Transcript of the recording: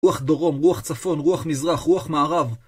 רוח דרום, רוח צפון, רוח מזרח, רוח מערב.